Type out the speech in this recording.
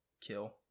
kill